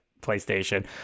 PlayStation